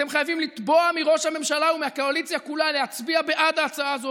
אתם חייבים לתבוע מראש הממשלה ומהקואליציה כולה להצביע בעד ההצעה הזאת,